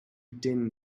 din